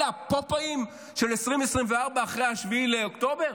אלה ה"פופאים" של 2024 אחרי 7 באוקטובר?